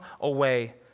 away